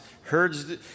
herds